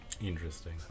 Interesting